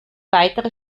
weitere